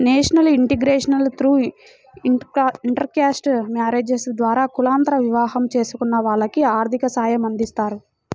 national integration through intercaste marriages ద్వారా కులాంతర వివాహం చేసుకున్న వాళ్లకి ఆర్థిక సాయమందిస్తారు